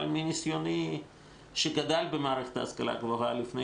אבל מניסיוני כמי שגדל במערכת ההשכלה הגבוהה לפני